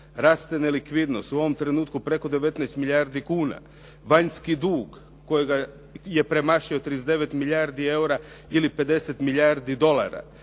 raste nelikvidnost u ovom trenutku preko 19 milijardi kuna. Vanjski dug kojega je premašio 39 milijardi eura ili 50 milijardi dolara.